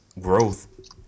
growth